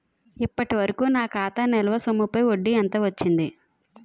ఇప్పటి వరకూ నా ఖాతా నిల్వ సొమ్ముపై వడ్డీ ఎంత వచ్చింది?